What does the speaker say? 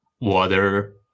Water